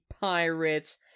Pirates